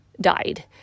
died